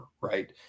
right